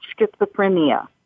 schizophrenia